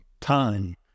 time